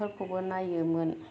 बेफोरखौबो नायोमोन